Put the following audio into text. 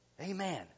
Amen